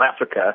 Africa